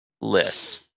list